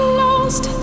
lost